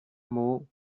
mood